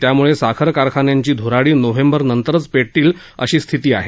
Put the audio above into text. त्यामुळे साखर कारखान्यांची ध्राडी नोव्हेंबर नंतरच पे णार अशी स्थिती आहे